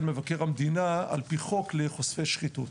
מבקר המדינה על פי חוק לחושפי שחיתות.